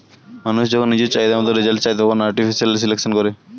মানুষ যখন নিজের চাহিদা মতন রেজাল্ট চায়, তখন আর্টিফিশিয়াল সিলেকশন করে